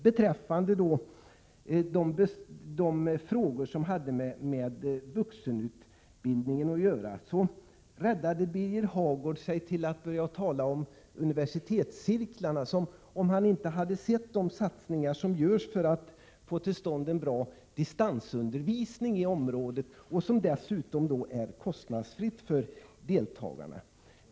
Beträffande de frågor som hade med vuxenutbildningen att göra räddade Birger Hagård sig med att börja tala om universitetscirklarna, som om han inte hade sett de satsningar som görs för att få till stånd en bra distansundervisning i området — och dessutom kostnadsfritt för deltagarna.